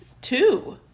Two